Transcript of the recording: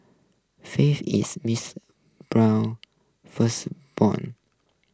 faith is Mister Brown's firstborn